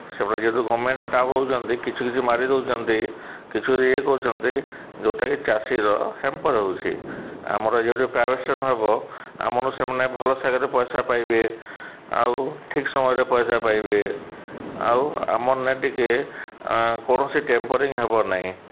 ସେମାନେ ଯେହେତୁ government staff ରହୁଛନ୍ତି କିଛି କିଛି ମାରି ଦେଉଛନ୍ତି କିଛି କିଛି ଇଏ କରୁଛନ୍ତି ଯେଉଁଟାକି ଚାଷୀର ହେମ୍ପର୍ ହେଉଛିି ଆମର ଯେହେତୁ ପ୍ରାଇଭେଟାଇଜେସନ୍ ହେବ ଆମ ନୁ ସେମାନେ ଭଲସେ ଆକାରରେ ପଇସା ପାଇବେ ଆଉ ଠିକ୍ ସମୟରେ ପଇସା ପାଇବେ ଆଉ ଆମର୍ନେ ଟିକିଏ କୌଣସି ଟେମ୍ପରିଂ ହେବ ନାହିଁ